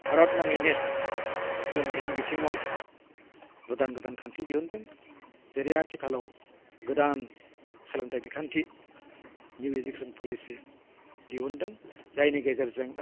भारतनाङैनो सोलोंथाइनि बिथिङाव गोदान गोदान खान्थि दिहुनदों जेरै आथिखालाव गोदान सोलोंथाइ बिखान्थि निउ इदुकेसन पलिसि दिहुनदों जायनि गेजेरजों